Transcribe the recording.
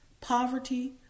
poverty